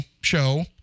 show